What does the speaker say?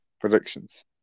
predictions